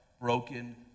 broken